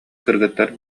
кыргыттар